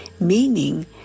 meaning